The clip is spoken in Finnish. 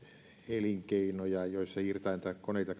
elinkeinoja joissa koneita